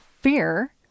fear